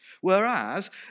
Whereas